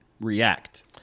react